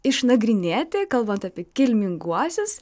išnagrinėti kalbant apie kilminguosius